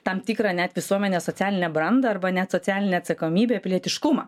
tam tikrą net visuomenės socialinę brandą arba net socialinę atsakomybę pilietiškumą